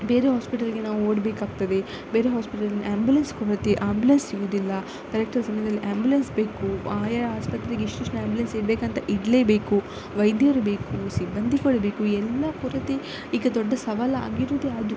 ಬೇರೆ ಹಾಸ್ಪಿಟಲಿಗೆ ನಾವು ಓಡಬೇಕಾಗ್ತದೆ ಬೇರೆ ಹಾಸ್ಪಿಟಲ್ಲಿ ಆ್ಯಂಬುಲೆನ್ಸ್ ಕೊರತೆ ಆ್ಯಂಬುಲೆನ್ಸ್ ಸಿಗುವುದಿಲ್ಲ ಕರೆಕ್ಟಾದ ಸಮಯದಲ್ಲಿ ಆ್ಯಂಬುಲೆನ್ಸ್ ಬೇಕು ಆಯಾ ಆಸ್ಪತ್ರೆಗೆ ಇಷ್ಟಿಷ್ಟು ಆ್ಯಂಬುಲೆನ್ಸ್ ಇಡಬೇಕಂತ ಇಡಲೇಬೇಕು ವೈದ್ಯರು ಬೇಕು ಸಿಬ್ಬಂದಿಗಳು ಬೇಕು ಎಲ್ಲ ಕೊರತೆ ಈಗ ದೊಡ್ಡ ಸವಾಲು ಆಗಿರುವುದೇ ಅದು